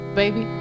baby